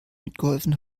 mitgeholfen